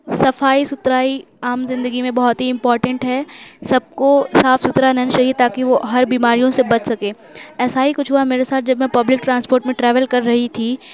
صفائی ستھرائی عام زندگی میں بہت ہی امپارٹینٹ ہے سب کو صاف ستھرا رہنا چاہیے تاکہ وہ ہر بیماریوں سے بچ سکے ایسا ہی کچھ ہُوا جب میر ساتھ پبلک ٹرانسپورٹ میں ٹریویل کر رہی تھی